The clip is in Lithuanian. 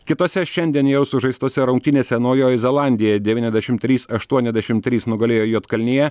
kitose šiandien jau sužaistose rungtynėse naujoji zelandija devyniasdešimt trys aštuoniasdešimt trys nugalėjo juodkalniją